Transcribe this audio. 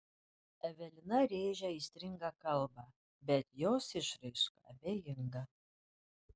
evelina rėžia aistringą kalbą bet jos išraiška abejinga